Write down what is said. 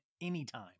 anytime